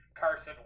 Carson